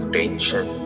tension